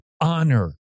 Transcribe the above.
honor